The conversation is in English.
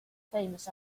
famous